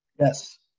Yes